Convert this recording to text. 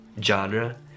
genre